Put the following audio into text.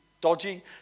dodgy